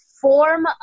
form